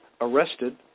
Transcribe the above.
arrested